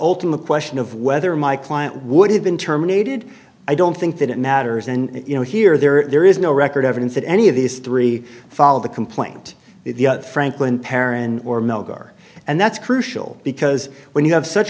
ultimate question of whether my client would have been terminated i don't think that it matters and you know here there is no record evidence that any of these three followed the complaint the franklin perrin or moger and that's crucial because when you have such